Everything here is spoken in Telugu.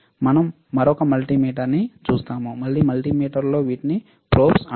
మేము మరొక మల్టీమీటర్ను చూస్తాము మళ్ళీ మల్టీమీటర్లో వీటిని ప్రోబ్స్ అంటారు